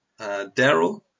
Daryl